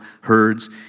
herds